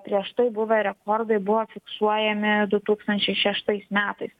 prieš tai buvę rekordai buvo fiksuojami du tūkstančiai šeštais metais